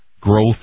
growth